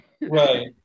Right